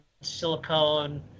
silicone